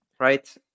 Right